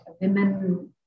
women